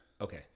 Okay